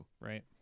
right